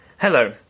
Hello